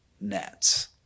nets